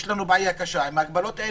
יש לנו בעיה קשה עם ההגבלות האלה.